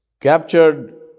captured